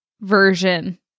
version